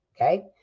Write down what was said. okay